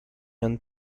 and